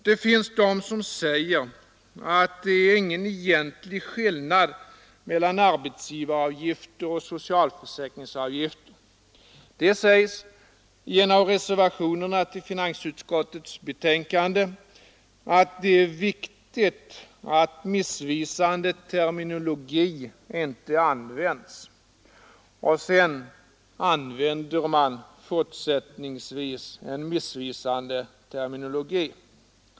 Det finns de som säger att det inte är någon egentlig skillnad mellan arbetsgivaravgifter och socialförsäkringsavgifter. Det sägs i en av reservationerna till finansutskottets betänkande att det är viktigt att missvisande terminologi inte används — och sedan använder man fortsättningsvis en missvisande terminologi.